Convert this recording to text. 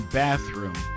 bathroom